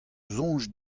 soñj